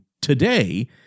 today